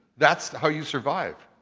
that's how you survive.